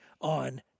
on